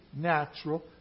natural